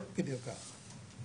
בדיוק ככה.